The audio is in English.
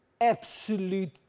absolute